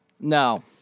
No